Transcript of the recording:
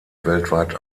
weltweit